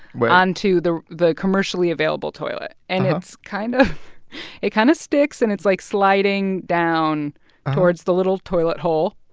but onto the the commercially available toilet. and it's kind of it kind of sticks, and it's, like, sliding down towards the little toilet hole.